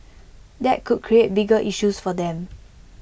that could create bigger issues for them